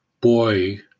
boy